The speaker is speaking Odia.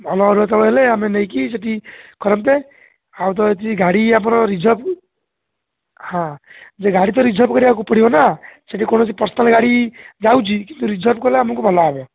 ଭଲ ଅରୁଆ ଚାଉଳ ହେଲେ ଆମେ ନେଇକି ସେଇଠି କରନ୍ତେ ଆଉ ତ ଏଠି ଗାଡ଼ି ଆମର ରିଜର୍ଭ୍ ହଁ ଯେ ଗାଡ଼ି ତ ରିଜର୍ଭ୍ କରିବାକୁ ପଡ଼ିବ ନା ସେଇଠି କୌଣସି ପର୍ସନାଲ୍ ଗାଡ଼ି ଯାଉଛି କିନ୍ତୁ ରିଜର୍ଭ୍ କଲେ ଆମକୁ ଭଲ ହେବ